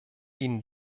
ihnen